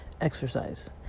exercise